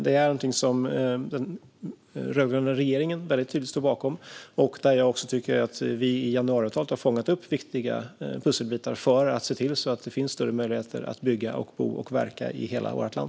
Det är någonting som den rödgröna regeringen mycket tydligt står bakom. Jag tycker att vi i januariavtalet har fångat upp viktiga pusselbitar för att se till att det finns större möjligheter att bygga, bo och verka i hela vårt land.